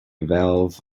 valve